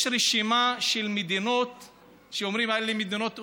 יש רשימה של מדינות שאומרים: אלה מדינות אויב,